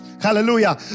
Hallelujah